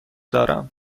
دارم